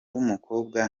wumukobwa